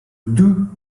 deux